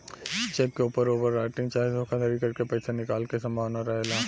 check के ऊपर over writing चाहे धोखाधरी करके पईसा निकाले के संभावना रहेला